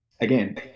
again